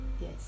yes